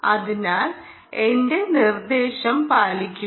അതിനാൽ എന്റെ നിർദ്ദേശം പാലിക്കുക